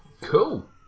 Cool